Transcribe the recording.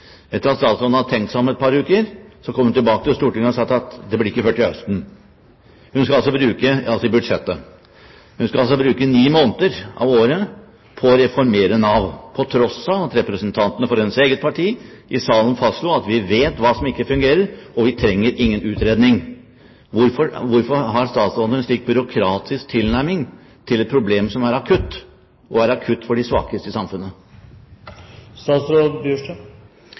Etter at statsråden hadde tenkt seg om i et par uker, kom hun tilbake til Stortinget og sa at det blir ikke før til høsten, altså i budsjettet. Hun skal altså bruke ni måneder av året på å reformere Nav, på tross av at representantene for hennes eget parti i salen fastslo at man vet hva som ikke fungerer, og man trenger ingen utredning. Hvorfor har statsråden en slik byråkratisk tilnærming til et problem som er akutt, og akutt for de svakeste i